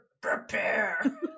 prepare